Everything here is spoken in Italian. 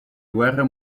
guerra